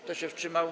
Kto się wstrzymał?